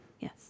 Yes